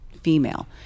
female